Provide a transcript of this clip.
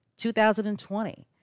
2020